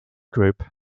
group